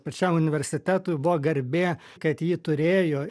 pačiam universitetui buvo garbė kad jį turėjo